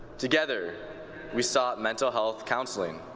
together we sought mental health counseling.